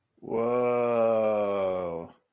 Whoa